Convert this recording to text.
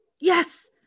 Yes